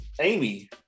Amy